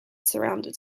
surrounded